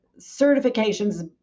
certifications